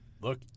Look